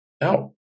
No